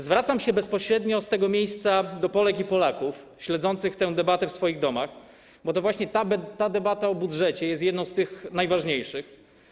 Zwracam się bezpośrednio z tego miejsca do Polek i Polaków śledzących tę debatę w swoich domach, bo właśnie ta debata o budżecie jest jedną z tych najważniejszych.